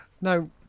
Now